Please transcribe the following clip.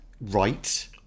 Right